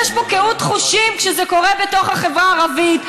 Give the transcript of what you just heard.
יש פה קהות חושים כשזה קורה בתוך החברה הערבית.